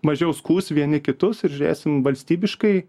mažiau skųs vieni kitus ir žiūrėsim valstybiškai